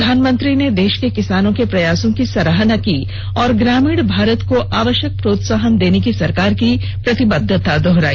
प्रधानमंत्री ने देश के किसानों के प्रयासों की सराहना की और ग्रामीण भारत को आवश्यक प्रोत्साहन देने की सरकार की प्रतिबद्धता दोहराई